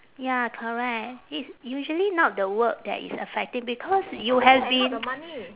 ya correct it's usually not the work that is affecting because you have been